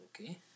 Okay